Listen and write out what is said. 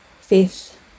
faith